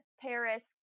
Paris